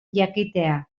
jakitea